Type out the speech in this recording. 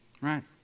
right